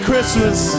Christmas